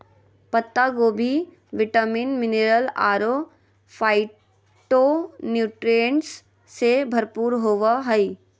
पत्ता गोभी vitamin, mineral अरो फाइटोन्यूट्रिएंट्स से भरपूर होबा हइ